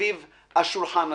סביב השולחן הזה.